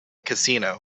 casino